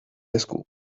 esku